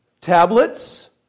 tablets